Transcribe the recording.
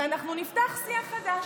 ואנחנו נפתח שיח חדש.